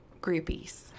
Groupies